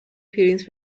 پرینت